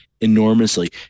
enormously